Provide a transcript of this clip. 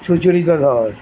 সুচরিতা ধর